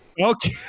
Okay